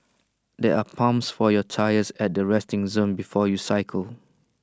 there are pumps for your tyres at the resting zone before you cycle